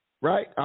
Right